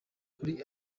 kuri